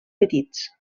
petits